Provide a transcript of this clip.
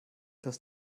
dass